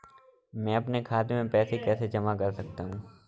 मैं अपने खाते में पैसे कैसे जमा कर सकता हूँ?